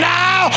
now